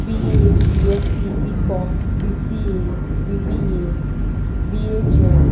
B A B S C B com B C A B B A B H M